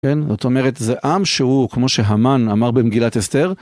כן? זאת אומרת, זה עם שהוא, כמו שהמן אמר במגילת אסתר.